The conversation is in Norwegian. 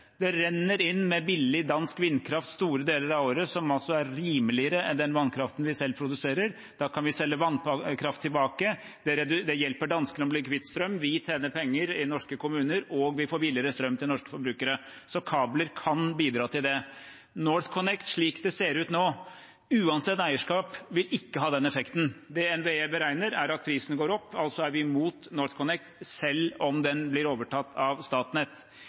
Det renner inn med billig dansk vindkraft store deler av året, som er rimeligere enn vannkraften vi selv produserer, og da kan vi selge vannkraft tilbake. Det hjelper danskene å bli kvitt strøm, vi tjener penger i norske kommuner, og vi får billigere strøm til norske forbrukere. Så kabler kan bidra til det. NorthConnect, slik det ser ut nå, uansett eierskap, vil ikke ha den effekten. Det NVE beregner, er at prisen går opp. Altså er vi imot NorthConnect, selv om den blir overtatt av Statnett.